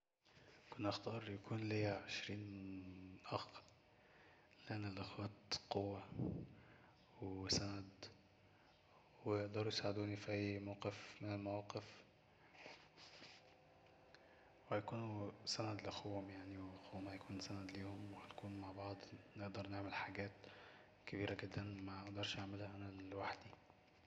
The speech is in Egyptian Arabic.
كنت هختار يكون ليا عشرين اخ لان الاخوات قوة وسند ويقدرو يساعدوني في اي موقف من المواقف وهيكونو سند لاخوهم يعني وأخوهم سند ليهم وهنكون مع بعض نقدر نعمل حاجات كبيرة جدا مقدرش اعملها انا لوحدي